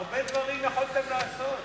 הרבה דברים יכולתם לעשות.